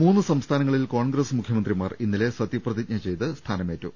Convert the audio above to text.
മൂന്ന് സംസ്ഥാനങ്ങളിൽ കോൺഗ്രസ് മുഖ്യമന്ത്രിമാർ ഇന്നലെ സത്യപ്രതിജ്ഞ ചെയ്ത് സ്ഥാനമേറ്റു